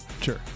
Sure